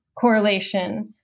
correlation